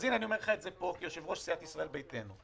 אז הנה אני אומר לך פה כיושב-ראש סיעת ישראל ביתנו,